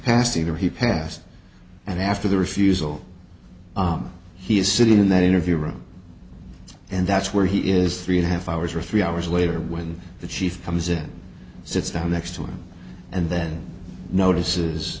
either he passed and after the refusal he is sitting in that interview room and that's where he is three and a half hours or three hours later when the chief comes it sits down next to him and then notices